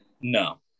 No